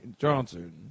johnson